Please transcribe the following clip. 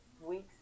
weeks